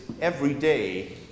Everyday